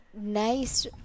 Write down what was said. nice